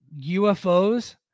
UFOs